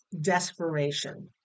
desperation